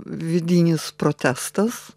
vidinis protestas